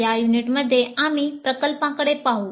या युनिटमध्ये आम्ही प्रकल्पांकडे पाहू